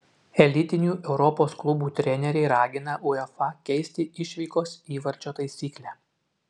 elitinių europos klubų treneriai ragina uefa keisti išvykos įvarčio taisyklę